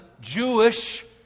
Jewish